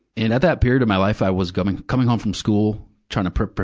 and at that period of my life, i was gumming, coming home from school trying to pre, pre,